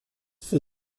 für